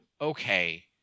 Okay